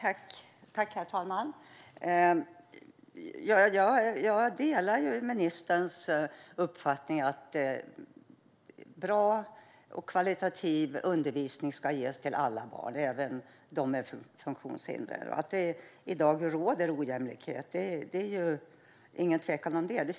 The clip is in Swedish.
Herr talman! Jag delar ministerns uppfattning att bra och kvalitativ undervisning ska ges till alla barn, även de med funktionshinder, och att det i dag råder ojämlikhet - inget tvivel om det.